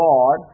God